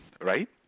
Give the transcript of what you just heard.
right